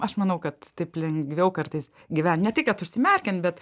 aš manau kad taip lengviau kartais gyven ne tik kad užsimerkian bet